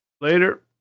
Later